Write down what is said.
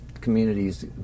communities